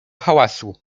hałasu